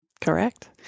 Correct